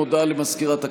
בעד, 67, אין מתנגדים,